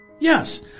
Yes